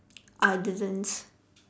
I didn't